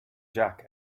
jack